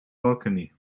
balcony